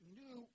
new